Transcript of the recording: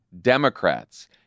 Democrats